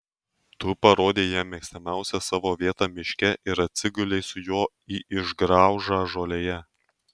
tu parodei jam mėgstamiausią savo vietą miške ir atsigulei su juo į išgraužą žolėje